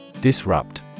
Disrupt